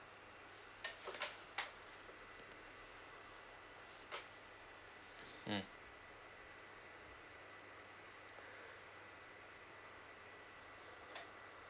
mm